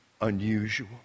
unusual